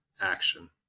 action